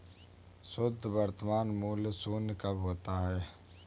शुद्ध वर्तमान मूल्य शून्य कब होता है?